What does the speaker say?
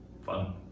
fun